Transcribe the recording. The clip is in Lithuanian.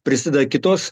prisideda kitos